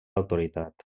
autoritat